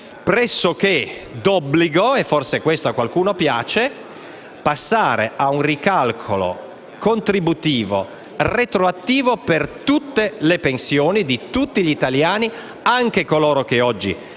pressoché d'obbligo - e forse questo a qualcuno piace - passare a un ricalcolo contributivo retroattivo per tutte le pensioni di tutti gli italiani, e anche di coloro che oggi